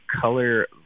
color